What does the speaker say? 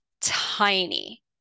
tiny